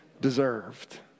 deserved